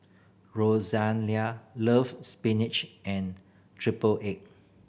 loves spinach and triple egg